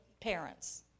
parents